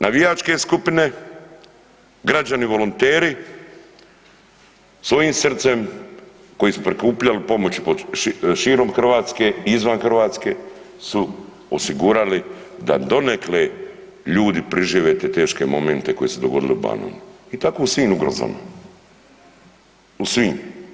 Navijačke skupine i građani volonteri svojim srcem kojim su prikupljali pomoć širom Hrvatske i izvan Hrvatske su osigurali da donekle ljudi prižive te teške momente koji su se dogodili u Banovini i tako u svim ugrozama, u svim.